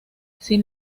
sin